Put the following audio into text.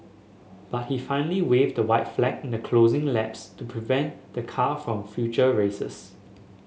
but he finally waved the white flag in the closing laps to prevent the car from future races